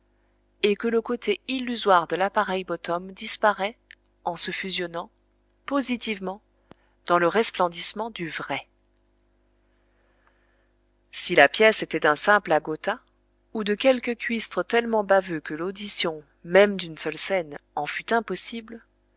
et que le côté illusoire de lappareil bottom disparaît en se fusionnant positivement dans le resplendissement du vrai si la pièce était d'un simple agota ou de quelque cuistre tellement baveux que l'audition même d'une seule scène en fût impossible